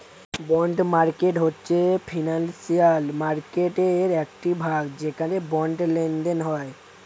bond market হয়েছে financial মার্কেটয়ের একটি ভাগ যেখানে বন্ডের লেনদেন হয়